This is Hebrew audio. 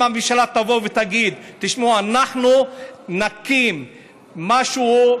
אם הממשלה תבוא ותגיד: אנחנו נקים משהו,